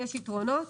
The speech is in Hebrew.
יש יתרונות